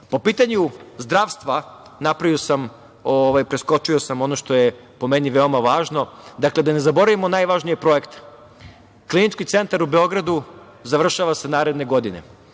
pitanju zdravstva, napravio sam, preskočio sam ono što je po meni jako važno, da ne zaboravimo najvažnije projekte, Klinički centar u Beogradu završava se naredne godine,